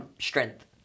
strength